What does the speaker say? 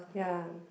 ya